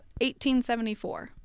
1874